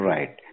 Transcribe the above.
Right